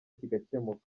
kigakemuka